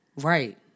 Right